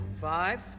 five